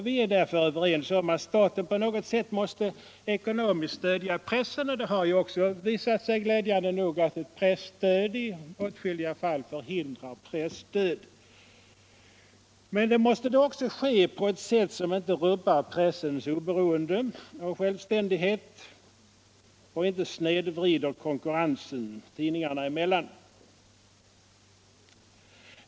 Vi är därför överens om att staten på något sätt måste ekonomiskt stödja pressen och det har också glädjande nog visat sig att ett presstöd i åtskilliga fall förhindrat pressdöd. Men då måste stödet också ges på ett sätt som inte rubbar pressens oberoende och självständighet och inte snedvrider konkurrensen tidningarna emellan.